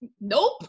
Nope